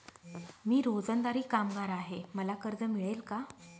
मी रोजंदारी कामगार आहे मला कर्ज मिळेल का?